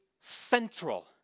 central